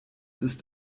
ist